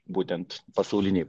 būtent pasaulinėj